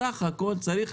בסך הכול צריך